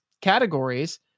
categories